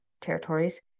territories